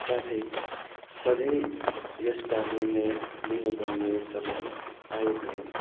साथै सधैँ यस्ता निर्णय लिनु पर्ने समय आयो भने